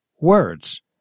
words